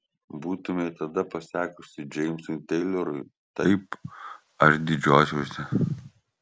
būtumei tada pasakiusi džeimsui teilorui taip aš didžiuočiausi